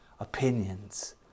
opinions